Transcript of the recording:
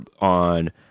on